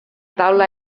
taula